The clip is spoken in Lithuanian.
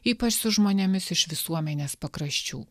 ypač su žmonėmis iš visuomenės pakraščių